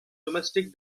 domestic